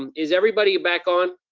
um is everybody back on?